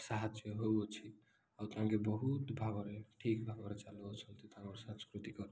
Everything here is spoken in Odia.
ସାହାଯ୍ୟ ହେଉଅଛି ଆଉ ତାଙ୍କେ ବହୁତ ଭାବରେ ଠିକ୍ ଭାବରେ ଚାଲୁଅଛନ୍ତି ତାଙ୍କର ସାଂସ୍କୃତିକ